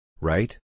Right